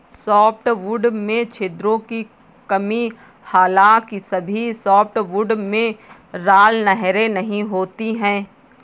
softwood में छिद्रों की कमी हालांकि सभी सॉफ्टवुड में राल नहरें नहीं होती है